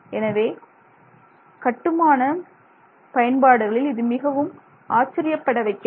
எனவே கட்டுமான பயன்பாடுகளில் இது மிகவும் ஆச்சரியப்பட வைக்கிறது